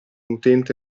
utente